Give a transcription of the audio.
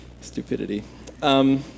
stupidity